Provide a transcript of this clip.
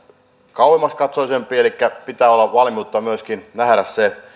kauaskatseisempi elikkä pitää olla valmiutta myöskin nähdä se